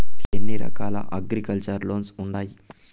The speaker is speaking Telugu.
ఎన్ని రకాల అగ్రికల్చర్ లోన్స్ ఉండాయి